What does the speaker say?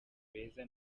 beza